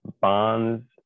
bonds